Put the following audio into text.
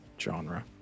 genre